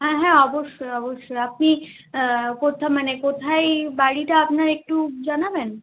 হ্যাঁ হ্যাঁ অবশ্যই অবশ্যই আপনি কোথায় মানে কোথায় বাড়িটা একটু জানাবেন